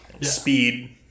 Speed